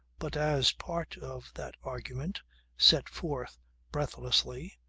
but as part of that argument set forth breathlessly,